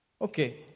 Okay